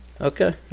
Okay